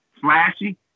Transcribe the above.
Flashy